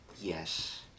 yes